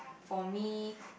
for me